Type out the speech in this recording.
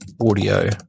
audio